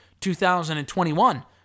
2021